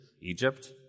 Egypt